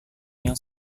yang